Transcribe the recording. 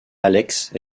alex